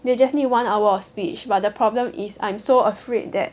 they just need one hour of speech but the problem is I'm so afraid that